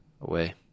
away